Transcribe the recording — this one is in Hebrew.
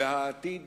והעתיד